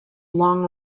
long